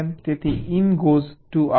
તેથી in goes to out છે